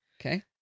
Okay